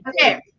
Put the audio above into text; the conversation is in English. okay